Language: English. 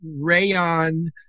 Rayon